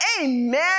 Amen